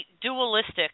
dualistic